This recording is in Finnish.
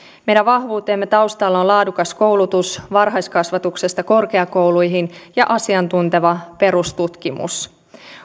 meidän vahvuutemme taustalla on laadukas koulutus varhaiskasvatuksesta korkeakouluihin ja asiantunteva perustutkimus